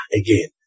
again